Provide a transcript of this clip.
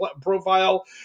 profile